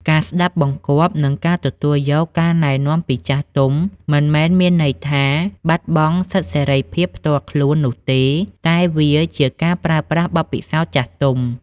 ការស្ដាប់បង្គាប់ និងការទទួលយកការណែនាំពីចាស់ទុំ មិនមែនមានន័យថាបាត់បង់សិទ្ធិសេរីភាពផ្ទាល់ខ្លួននោះទេ តែវាជាការប្រើប្រាស់បទពិសោធន៍ចាស់ទុំ។